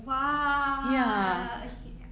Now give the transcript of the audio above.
!wah! okay ya